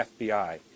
FBI